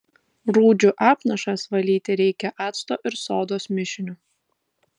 rūdžių apnašas valyti reikia acto ir sodos mišiniu